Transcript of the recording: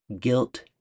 Guilt